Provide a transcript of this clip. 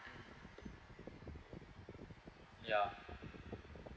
ya